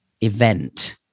event